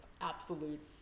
absolute